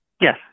Yes